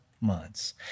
months